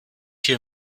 hier